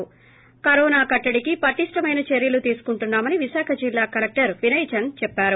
ి కరోనా కట్టడికి పటిష్ణమైన చర్యలు తీసుకుంటున్నా మని విశాఖ జిల్లా కలెక్టర్ వినయ్ చంద్ చెప్పారు